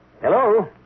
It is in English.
Hello